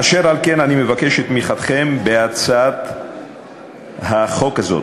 אשר על כן, אני מבקש את תמיכתכם בהצעת החוק הזאת.